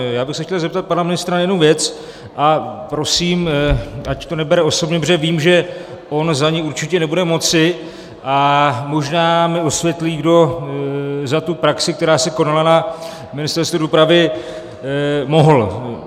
Já bych se chtěl zeptat pana ministra na jednu věc a prosím, ať to nebere osobně, protože vím, že on za ni určitě nebude moci, a možná mi osvětlí, kdo za tu praxi, která se konala na Ministerstvu dopravy, mohl.